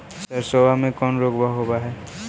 सरसोबा मे कौन रोग्बा होबय है?